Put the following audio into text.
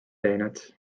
läinud